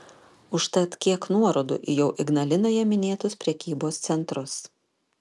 užtat kiek nuorodų į jau ignalinoje minėtus prekybos centrus